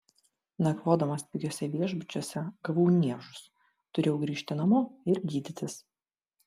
nakvodamas pigiuose viešbučiuose gavau niežus turėjau grįžti namo ir gydytis